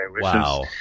Wow